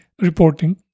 reporting